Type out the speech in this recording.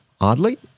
Oddly